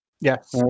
Yes